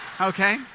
Okay